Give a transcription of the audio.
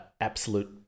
absolute